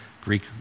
Greek